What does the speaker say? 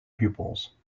pupils